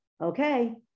okay